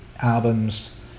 albums